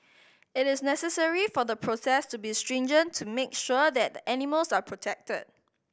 it is necessary for the process to be stringent to make sure that the animals are protected